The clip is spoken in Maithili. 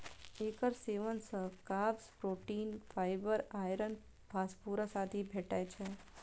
एकर सेवन सं कार्ब्स, प्रोटीन, फाइबर, आयरस, फास्फोरस आदि भेटै छै